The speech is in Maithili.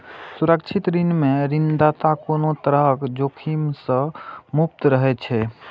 सुरक्षित ऋण मे ऋणदाता कोनो तरहक जोखिम सं मुक्त रहै छै